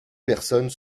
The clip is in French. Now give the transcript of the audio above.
personnes